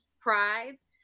prides